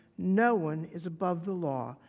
no one is above the law.